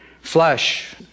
Flesh